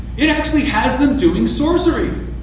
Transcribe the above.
it actually has them doing sorcery.